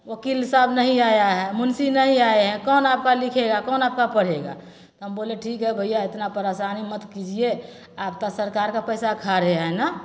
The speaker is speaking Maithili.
ओकिलसभ नहीं आया है मुंशी नहीं आए हैं कौन आपका लिखेगा कौन आपका पढ़ेगा हम बोले ठीक है भैया इतना परेशानी मत कीजिए आब तब सरकार का पैसा खा रहे हैं ना